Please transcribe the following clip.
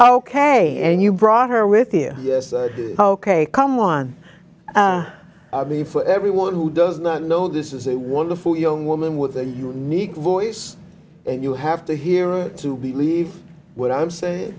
ok and you brought her with you yes ok come one me for everyone who does not know this is a wonderful young woman with a unique voice and you have to hear it to believe what i'm saying